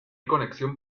conexión